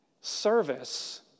Service